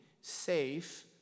safe